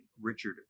Richard